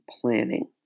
planning